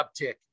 uptick